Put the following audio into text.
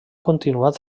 continuat